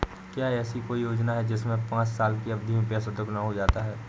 क्या ऐसी कोई योजना है जिसमें पाँच साल की अवधि में पैसा दोगुना हो जाता है?